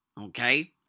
okay